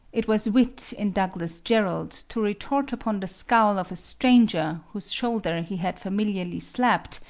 it was wit in douglass jerrold to retort upon the scowl of a stranger whose shoulder he had familiarly slapped,